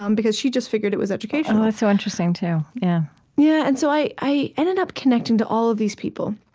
um because she just figured it was educational oh, that's so interesting too and yeah and so i i ended up connecting to all of these people.